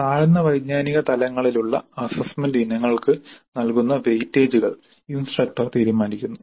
അതിനാൽ താഴ്ന്ന വൈജ്ഞാനിക തലങ്ങളിലുള്ള അസ്സസ്സ്മെന്റ് ഇനങ്ങൾക്ക് നൽകുന്ന വെയിറ്റേജുകൾ ഇൻസ്ട്രക്ടർ തീരുമാനിക്കുന്നു